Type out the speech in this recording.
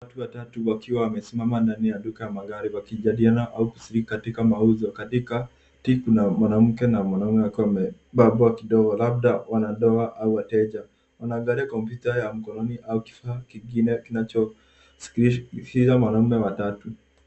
Watu watatu wakiwa wamesimama ndani ya duka ya magari wakijadiliana au kushiriki katika mauzo. Katikati kuna mwanamke na mwanaume akiwa amebambwa kidogo labda wana ndoa au wateja. Wana angalia komputa ya mkononi au kifaa kingine kinacho skiza mwanaume wa tatu.